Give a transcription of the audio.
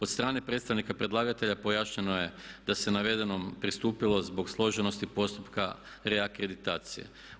Od strane predstavnika predlagatelja pojašnjeno je da se navedenom pristupilo zbog složenosti postupka reakreditacije.